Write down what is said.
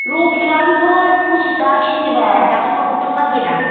लकेलानोथ' फसिस थाखा खेजि बाल दाख्लैनोबा खथ' फानफैदों आं